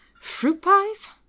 fruit-pies